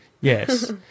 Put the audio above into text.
Yes